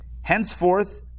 Henceforth